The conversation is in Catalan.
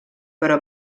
però